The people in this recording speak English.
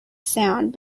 sound